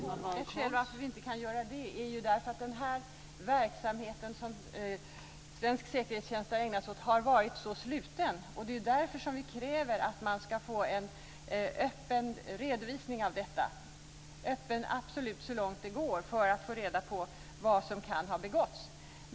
Fru talman! Ett skäl till att vi inte kan göra det är att den verksamhet som svensk säkerhetstjänst har ägnat sig åt har varit så sluten. Därför kräver vi en öppen redovisning - öppen absolut så långt det går - för att få reda på vad som kan ha begåtts.